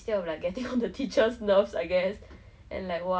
!wah! in hockey ah softball ah